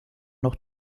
noch